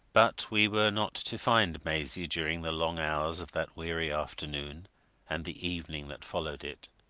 but we were not to find maisie during the long hours of that weary afternoon and the evening that followed it.